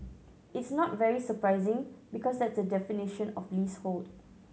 it's not very surprising because that's the definition of leasehold